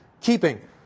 keeping